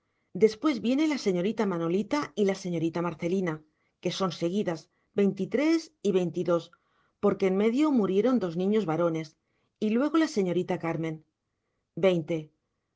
después viene la señorita manolita y la señorita marcelina que son seguidas veintitrés y veintidós porque en medio murieron dos niños varones y luego la señorita carmen veinte